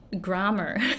grammar